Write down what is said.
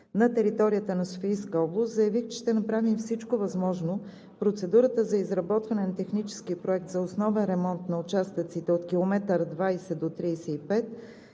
на територията на Софийска област, заявих, че ще направим всичко възможно процедурата за изработване на технически проект за основен ремонт на участъците от км 20 до км